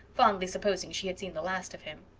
fondly supposing she had seen the last of him.